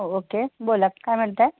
ओ okay बोला काय म्हणत आहात